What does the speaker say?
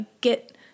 get